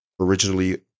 originally